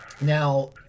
Now